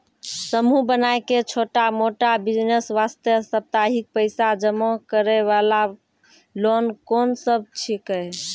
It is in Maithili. समूह बनाय के छोटा मोटा बिज़नेस वास्ते साप्ताहिक पैसा जमा करे वाला लोन कोंन सब छीके?